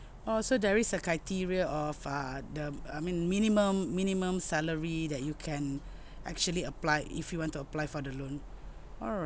oh so there is a criteria of uh the I mean minimum minimum salary that you can actually apply if you want to apply for the loan alright